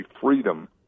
freedom